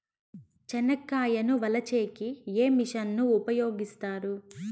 చెనక్కాయలు వలచే కి ఏ మిషన్ ను ఉపయోగిస్తారు?